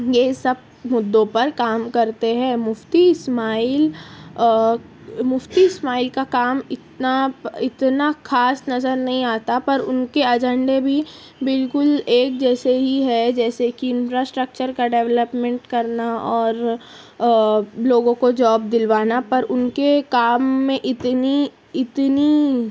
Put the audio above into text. یہ سب مدعوں پر کام کرتے ہیں مفتی اسماعیل مفتی اسماعیل کا کام اتنا اتنا خاص نظر نہیں آتا پر ان کے ایجنڈے بھی بالکل ایک جیسے ہی ہیں جیسے کہ انفراسٹرکچر کا ڈیولپمنٹ کرنا اور لوگوں کو جاب دلوانا پر ان کے کام میں اتنی اتنی